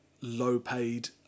low-paid